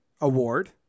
award